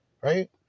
right